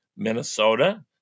Minnesota